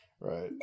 right